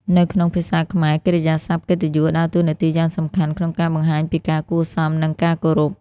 នៅក្នុងភាសាខ្មែរ កិរិយាសព្ទកិត្តិយស ដើរតួនាទីយ៉ាងសំខាន់ក្នុងការបង្ហាញពីការគួរសម និងការគោរព។